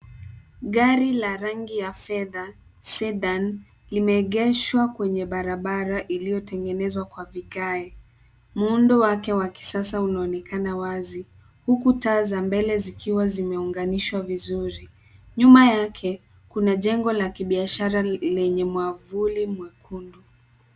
Gari la rangi ya fedha; Sedan , limeegeshwa kwenye barabara iliyotengenezwa kwa vigae. Muundo wake wa kisasa unaonekana wazi, huku taa za mbele zikiwa zimeunganishwa vizuri. Nyuma yake, kuna jengo la kibiashara lenye mwavuli mwekundu.